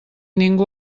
ningú